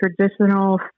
traditional